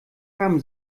haben